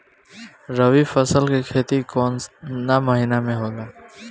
रवि फसल के खेती कवना महीना में होला?